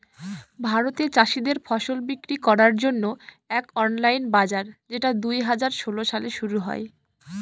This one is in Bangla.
ভারতে চাষীদের ফসল বিক্রি করার জন্য এক অনলাইন বাজার যেটা দুই হাজার ষোলো সালে শুরু হয়